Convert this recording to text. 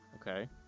Okay